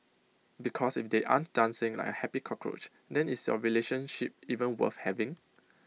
because if they aren't dancing like A happy cockroach then is your relationship even worth having